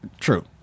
True